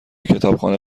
کتابخانه